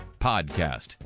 podcast